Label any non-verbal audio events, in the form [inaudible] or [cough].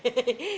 [laughs]